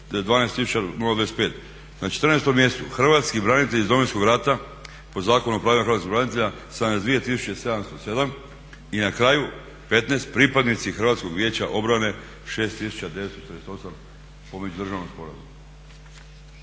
12025. Na četrnaestom mjestu hrvatski branitelji iz Domovinskog rata po Zakonu o pravima hrvatskih branitelja 72707. I na kraju 15 pripadnici Hrvatskog vijeća obrane 6948 …/Govornik se